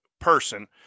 person